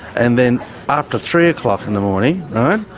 and then after three o'clock in the morning right?